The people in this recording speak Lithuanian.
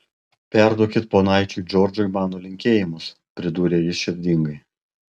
perduokit ponaičiui džordžui mano linkėjimus pridūrė jis širdingai